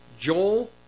Joel